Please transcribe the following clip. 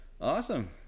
Awesome